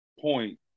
point